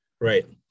Right